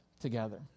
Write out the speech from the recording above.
together